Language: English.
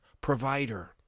provider